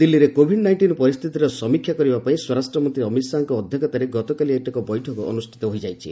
ଦିଲ୍ଲୀରେ Covid nineteen ପରିସ୍ଥିତିର ସମୀକ୍ଷା କରିବା ପାଇଁ ସ୍ୱରାଷ୍ଟ୍ରମନ୍ତ୍ରୀ ଅମିତ ଶାହାଙ୍କ ଅଧ୍ୟକ୍ଷତାରେ ଗତକାଲି ଏକ ବୈଠକ ଅନୁଷ୍ଠିତ ହୋଇଯାଇଛି